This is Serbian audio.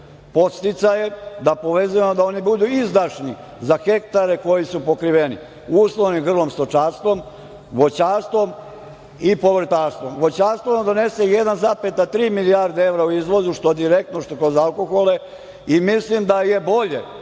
podsticaje, da oni budu izdašni za hektare koji su pokriveni - uslovnim grlom, stočarstvom, voćarstvom, i povrtarstvom. Voćarstvo nama donese 1,3 milijarde evra u izvozu, što direktno, što kroz alkohole i mislim da je bolje